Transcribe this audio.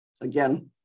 again